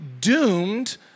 doomed